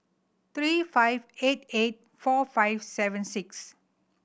three five eight eight four five seven six